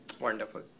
wonderful